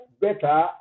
better